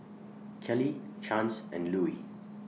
Kellee Chance and Louis